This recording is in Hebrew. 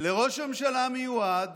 לראש הממשלה המיועד